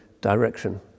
direction